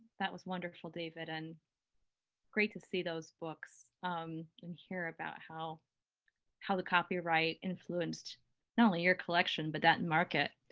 that was wonderful, david, and great to see those books and hear about how how the copyright influenced not only your collection but that market.